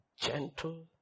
Gentle